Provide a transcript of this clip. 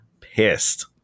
pissed